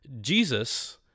Jesus